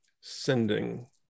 Sending